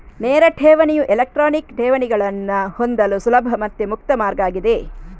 ನೇರ ಠೇವಣಿಯು ಎಲೆಕ್ಟ್ರಾನಿಕ್ ಠೇವಣಿಗಳನ್ನ ಹೊಂದಲು ಸುಲಭ ಮತ್ತೆ ಮುಕ್ತ ಮಾರ್ಗ ಆಗಿದೆ